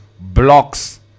blocks